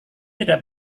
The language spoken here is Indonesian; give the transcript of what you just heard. tidak